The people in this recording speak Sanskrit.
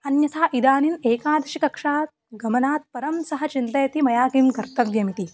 अन्यथा इदानीम् एकादशकक्षां गमनात्परं सः चिन्तयति मया किं कर्तव्यमिति